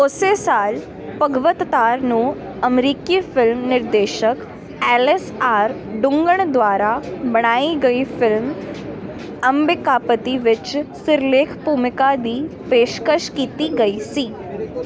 ਉਸੇ ਸਾਲ ਭਗਵਤਾਰ ਨੂੰ ਅਮਰੀਕੀ ਫਿਲਮ ਨਿਰਦੇਸ਼ਕ ਐਲਿਸ ਆਰ ਡੁੰਗਨ ਦੁਆਰਾ ਬਣਾਈ ਗਈ ਫਿਲਮ ਅੰਬਿਕਾਪਤੀ ਵਿੱਚ ਸਿਰਲੇਖ ਭੂਮਿਕਾ ਦੀ ਪੇਸ਼ਕਸ਼ ਕੀਤੀ ਗਈ ਸੀ